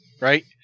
right